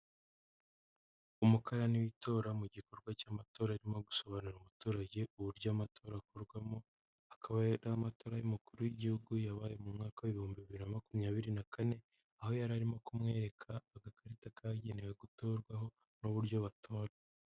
Umukarani w'itora mu gikorwa cy'amatora arimo gusobanura umuturage uburyo amatora akorwamo, akaba ari amatora y'umukuru w'igihugu yabaye mu mwaka w'ibihumbi bibiri na makumyabiri na kane, aho yari arimo kumwereka agakarita kagenewe gutorwaho n'uburyo batora.